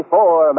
Four